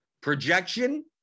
projection